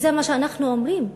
וזה מה שאנחנו אומרים,